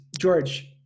George